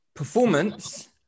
performance